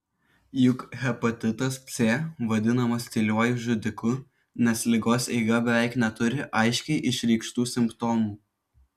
juk hepatitas c vadinamas tyliuoju žudiku nes ligos eiga beveik neturi aiškiai išreikštų simptomų